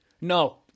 No